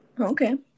Okay